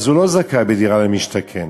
אז הם לא זכאים לדירה למשתכן.